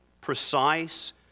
precise